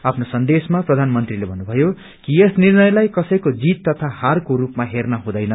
आफ्नो सन्देशमा प्रथानमन्त्रले भन्नुभयो कि यस निर्णयलाई कसैको जीत तथा हारको रूपमा हेँनु हुँदैन